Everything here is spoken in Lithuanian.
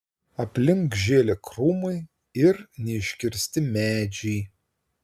aplink žėlė krūmai ir neiškirsti medžiai